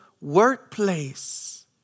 workplace